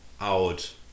out